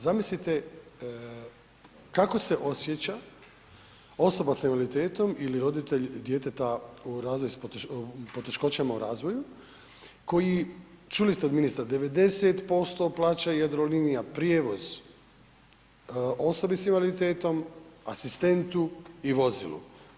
Zamislite kako se osjeća osoba s invaliditetom ili roditelj djeteta u razvoju, s poteškoćama u razvoju koji, čuli ste od ministra 90% plaća Jadrolinija prijevoz osobi s invaliditetom, asistentu i vozilu.